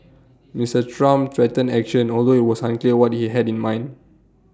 Mister Trump threatened action although IT was unclear what he had in mind